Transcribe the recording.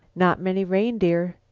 not many reindeer.